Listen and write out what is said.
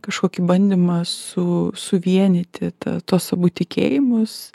kažkokį bandymą su suvienyti tą tuos abu tikėjimus